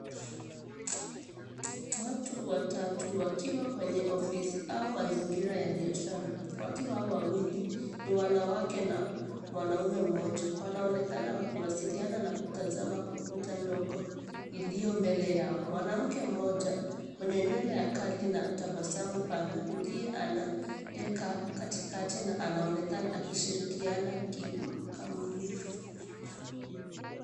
Watu watatu wakiwa kwenye ofisi au mazingira ya biashara . Watu hao wawili ni wanawake na mwanaume mmoja wanaonekana waki wasiliana na kutazama kompyuta ndogo iliyo mbele yao, mwanamke mmoja mwenye nywele ya kali na tabasamu pana ndiye anayeka katikati na anaonekana akishirikiana kikamilifu.